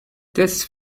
this